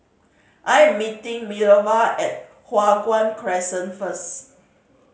I am meeting Minerva at Hua Guan Crescent first